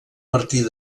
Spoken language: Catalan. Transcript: partir